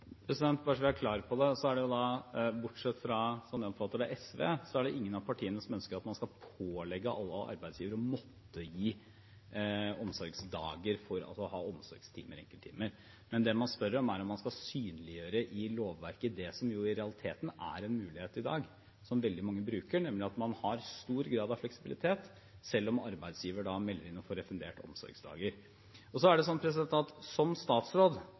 Bare så vi er klare på det: Det er, slik jeg oppfatter det, ingen av partiene, bortsett fra SV, som ønsker at man skal pålegge alle arbeidsgivere å måtte gi omsorgsdager for å ha omsorgstimer og enkelttimer. Det man spør om, er om man skal synliggjøre i lovverket det som i realiteten er en mulighet i dag, og som veldig mange bruker, nemlig at man har stor grad av fleksibilitet selv om arbeidsgiveren melder inn og får refundert omsorgsdager. Så er det sånn at som statsråd